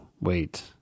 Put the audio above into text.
wait